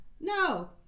no